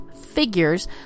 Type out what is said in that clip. figures